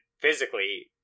physically